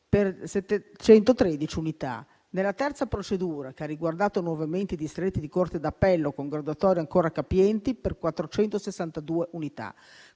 per 713 unità. La terza procedura ha riguardato nuovamente i distretti di Corte d'appello con graduatorie ancora capienti, per 462 unità.